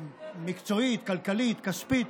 מקצועית, כלכלית, כספית,